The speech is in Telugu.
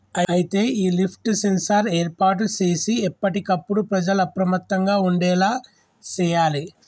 అయితే ఈ లిఫ్ట్ సెన్సార్ ఏర్పాటు సేసి ఎప్పటికప్పుడు ప్రజల అప్రమత్తంగా ఉండేలా సేయాలి